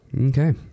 Okay